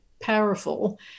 powerful